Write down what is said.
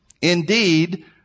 indeed